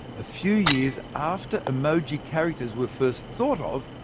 a few years after emoji characters were first thought of,